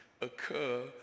occur